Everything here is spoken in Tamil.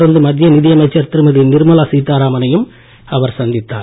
தொடர்ந்து மத்திய நிதியமைச்சர் திருமதி நிர்மலா சீதாராமனையும் அவர் சந்தித்தார்